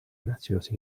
graciosa